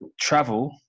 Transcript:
travel